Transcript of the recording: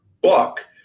book